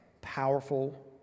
powerful